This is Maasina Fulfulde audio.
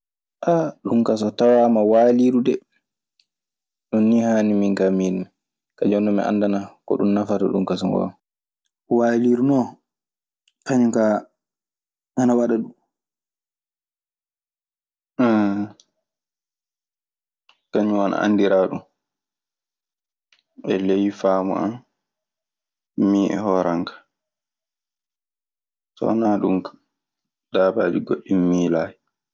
ɗun kaa so tawaama, waaliiru dee. Ɗun ni haani minka miilimi. Kaa jooni non mi anndanaa ko ɗun nafata ɗun kaa so ngoonga. Waaliiru non, kañun kaa ana waɗa ɗun. Kañun ana anndiraa ɗun, e ley faamu an min e hooran ka. So wanaa ɗun ka, daabaaji goɗɗi mi miilaayi.